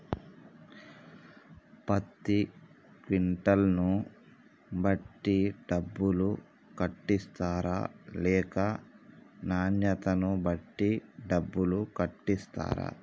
పత్తి క్వింటాల్ ను బట్టి డబ్బులు కట్టిస్తరా లేక నాణ్యతను బట్టి డబ్బులు కట్టిస్తారా?